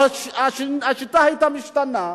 והשיטה היתה משתנה.